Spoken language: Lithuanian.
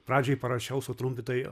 pradžioj parašiau sutrumpintai